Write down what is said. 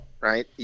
right